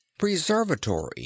preservatory